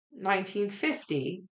1950